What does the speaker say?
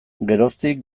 geroztik